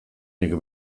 nik